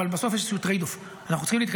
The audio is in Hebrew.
אבל בסוף יש איזשהו טרייד-אוף,